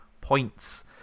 points